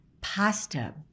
Pasta